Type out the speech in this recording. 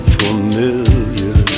familiar